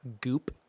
goop